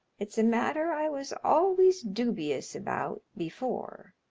it's a matter i was always dubious about before.